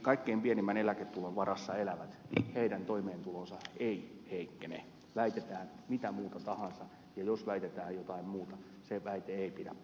kaikkein pienimmän eläketulon varassa elävien toimeentulo ei heikkene väitetään mitä muuta tahansa ja jos väitetään jotain muuta se väite ei pidä paikkaansa